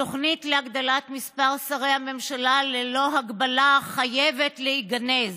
התוכנית להגדלת מספר שרי הממשלה ללא הגבלה חייבת להיגנז.